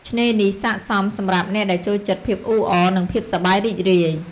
ឆ្នេរនេះស័ក្តិសមសម្រាប់អ្នកដែលចូលចិត្តភាពអ៊ូអរ និងភាពសប្បាយរីករាយ។